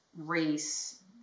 race